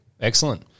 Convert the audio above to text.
excellent